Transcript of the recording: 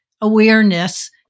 awareness